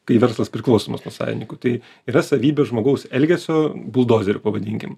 kai verslas priklausomas nuo savininkų tai yra savybė žmogaus elgesio buldozeriu pavadinkim